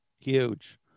huge